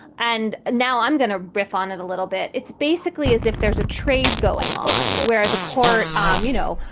and now i'm going to riff on it a little bit it's basically as if there's a trade going on where the court, um you know,